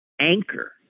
anchor